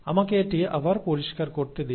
আমাকে এটি আবার পরিষ্কার করতে দিন